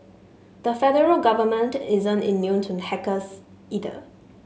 the federal government isn't immune to hackers either